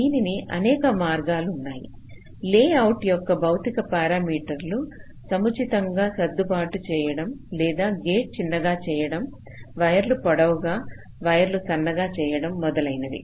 దీనికి అనేక మార్గాలున్నాయి లేఅవుట్ యొక్క భౌతిక పారామీటర్లు సముచితంగా సర్దుబాటు చేయడం లేదా గేట్ చిన్నగా చేయడం వైర్లు పొడవుగా వైర్లు సన్నగా చేయడం మొదలైనవి